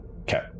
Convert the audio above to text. Okay